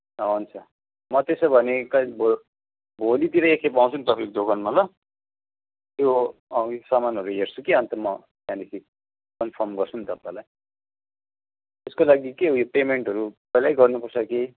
हुन्छ म त्यसो भने कहिले भो भोलितिर एकखेप आउँछु नि तपाईँको दोकानमा ल त्यो विक समानहरू हेर्छु कि अन्त म त्यहाँदिखि कन्फर्म गर्छु नि तपाईँलाई त्यसको लागि के उयो पेमेन्टहरू पहिल्यै गर्नुपर्छ कि